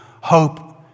hope